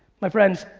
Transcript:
my friends,